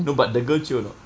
no but the girl chio or not